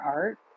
art